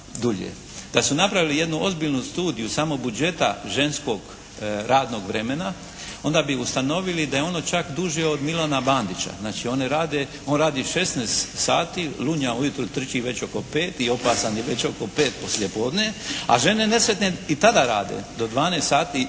Da su napravili jednu ozbiljnu studiju samo budžeta ženskog radnog vremena, onda bi ustanovili da je ono čak duže od Milana Bandića. Znači, on radi 16 sati, lunja u jutro, trči već oko 5 i opasan je već oko 5 poslije podne, a žene nesretne i tada rade do 12 sati